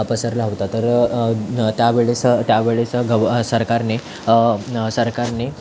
पसरला होता तर त्यावेळेस त्यावेळेस गवर सरकारने न सरकारने